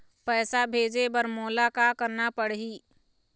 पैसा भेजे बर मोला का करना पड़ही?